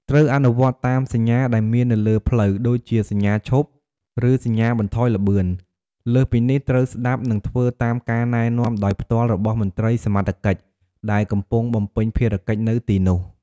ត្រូវ អនុវត្តតាមសញ្ញា ដែលមាននៅលើផ្លូវ ដូចជាសញ្ញាឈប់ ឬសញ្ញាបន្ថយល្បឿន លើសពីនេះ ត្រូវស្តាប់ និងធ្វើតាមការណែនាំដោយផ្ទាល់របស់មន្ត្រីសមត្ថកិច្ចដែលកំពុងបំពេញភារកិច្ចនៅទីនោះ។